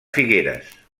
figueres